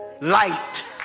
light